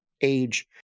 age